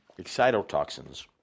Excitotoxins